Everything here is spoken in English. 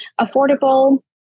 affordable